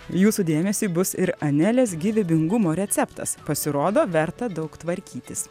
jūsų dėmesiui bus ir anelės gyvybingumo receptas pasirodo verta daug tvarkytis